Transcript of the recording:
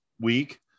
week